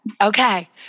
Okay